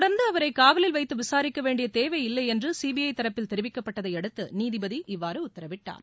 தொடர்ந்து அவரை காவலில் வைத்து விசாரிக்க வேண்டிய தேவை இல்லை என்று சிபிஐ தரப்பில் தெரிவிக்கப்பட்டதையடுத்து நீதிபதி இவ்வாறு உத்தரவிட்டார்